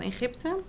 Egypte